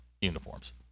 uniforms